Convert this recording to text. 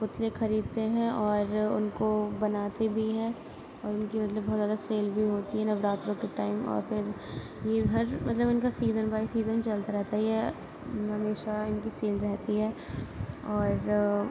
پتلے خریدتے ہیں اور ان کو بناتے بھی ہیں اور ان کی مطلب بہت زیادہ سیل بھی ہوتی ہے نوراتروں کے ٹائم اور پھر یہ ہر مطلب ان کا سیزن بائی سیزن چلتا رہتا ہے یہ ہمیشہ ان کی سیل رہتی ہے اور